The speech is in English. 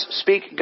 speak